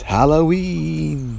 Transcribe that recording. Halloween